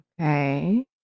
Okay